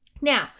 Now